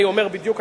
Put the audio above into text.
אני אומר בדיוק,